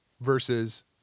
versus